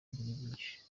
byinshi